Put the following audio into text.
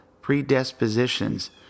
predispositions